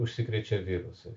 užsikrečia virusai